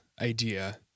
idea